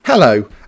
Hello